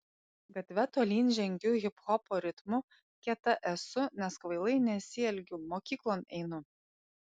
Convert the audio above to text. gatve tolyn žengiu hiphopo ritmu kieta esu nes kvailai nesielgiu mokyklon einu